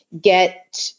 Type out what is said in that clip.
get